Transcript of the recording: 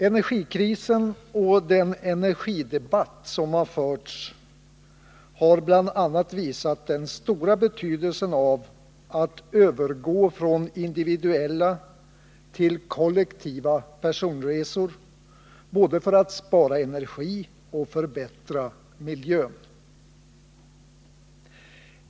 Energikrisen och den energidebatt som förts har visat den stora betydelsen av att övergå från individuella till kollektiva personresor, både för att spara energi och för att förbättra miljön.